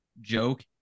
joke